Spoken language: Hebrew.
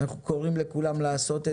אנחנו קוראים לכולם לעשות את זה.